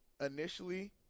initially